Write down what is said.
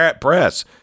press